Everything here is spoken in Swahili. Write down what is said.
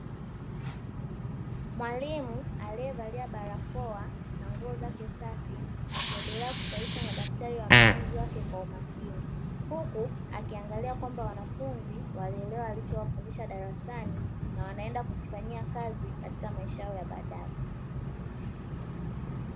Mwalimu aliyevalia barakoa na nguo zake safi akiendelea kusahihisha madaftari ya wanafunzi wake kwa umakini, huku akiangalia kwamba wanafunzi walielewa alichowafundisha darasani na wanaenda kukifanyia kazi katika maisha yao ya baadae.